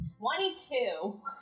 22